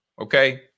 okay